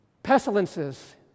Pestilences